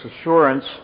assurance